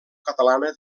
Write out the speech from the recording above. catalana